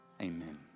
amen